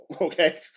okay